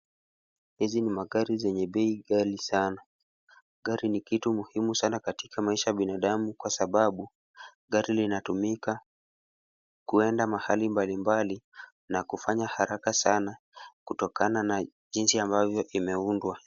Hizi ni magari yenye bei ghali sana. Gari ni kitu muhimu sana katika maisha ya binadamu kwa sababu, gari linatumika kuenda mahali mbalimbali, na kufanya haraka sana, kutokana na jinsi ambavyo imeundwa.